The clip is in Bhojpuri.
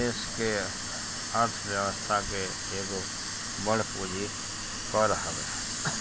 देस के अर्थ व्यवस्था के एगो बड़ पूंजी कर हवे